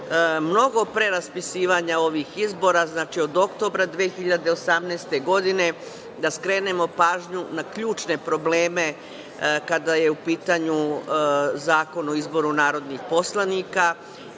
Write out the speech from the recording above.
mnogo pre raspisivanja ovih izbora, znači, od oktobra 2018. godine, da skrenemo pažnju na ključne probleme kada je u pitanju Zakon o izboru narodnih poslanika.